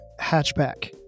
hatchback